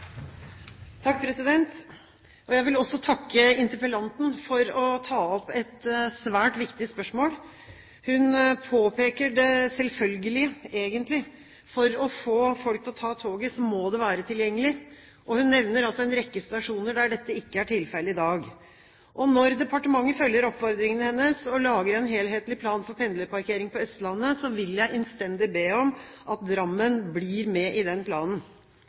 vil også takke interpellanten for å ta opp et svært viktig spørsmål. Hun påpeker det selvfølgelige, egentlig: For å få folk til å ta toget må det være tilgjengelig. Hun nevner en rekke stasjoner der dette ikke er tilfellet i dag. Når departementet følger oppfordringen hennes og lager en helhetlig plan for pendlerparkering på Østlandet, vil jeg innstendig be om at Drammen blir med i den planen.